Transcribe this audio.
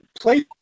play